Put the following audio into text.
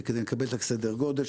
כדי לקבל את סדר הגודל.